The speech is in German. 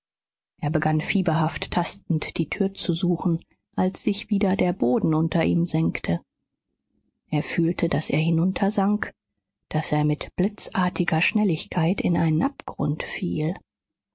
er begann fieberhaft tastend die tür zu suchen als sich wieder der boden unter ihm senkte er fühlte daß er hinuntersank daß er mit blitzartiger schnelligkeit in einen abgrund fiel